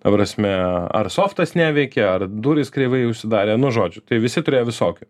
ta prasme ar softas neveikė ar durys kreivai užsidarė nu žodžu tai visi turėjo visokių